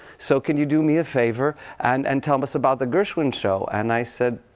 so can you do me a favor and and tell us about the gershwin show? and i said,